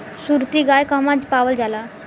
सुरती गाय कहवा पावल जाला?